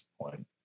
point